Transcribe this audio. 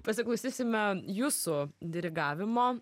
pasiklausysime jūsų dirigavimo